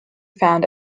found